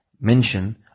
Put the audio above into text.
mention